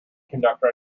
conductor